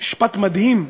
משפט מדהים,